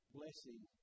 blessing